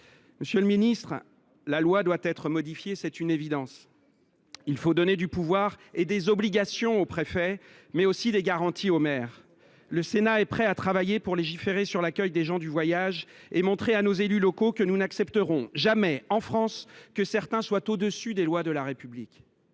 Monsieur le ministre, la loi doit être modifiée, c’est une évidence. Il faut donner du pouvoir et des obligations aux préfets, mais aussi des garanties aux maires. Le Sénat est prêt à travailler pour légiférer sur l’accueil des gens du voyage et montrer à nos élus locaux que nous n’accepterons jamais en France que certains soient au dessus des lois de la République